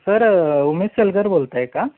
sir Umesh Salgar बोलत आहे का